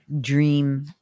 dream